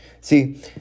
See